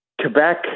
Quebec